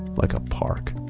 like a park,